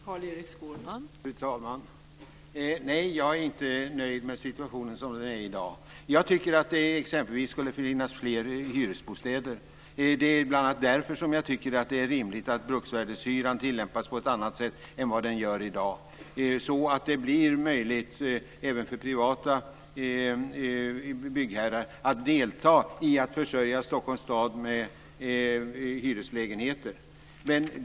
Fru talman! Nej, jag är inte nöjd med situationen som den är i dag. Det skulle exempelvis finnas fler hyresbostäder. Det är bl.a. därför som jag tycker att det är rimligt att reglerna om bruksvärdeshyran tilllämpas på ett annat sätt än i dag så att det blir möjligt även för privata byggherrar att delta i att försörja Fru talman!